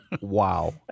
Wow